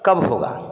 कब होगा